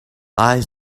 eyes